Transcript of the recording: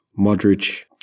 Modric